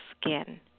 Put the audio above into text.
skin